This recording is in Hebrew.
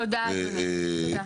תודה אדוני, תודה.